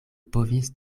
povis